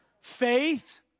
Faith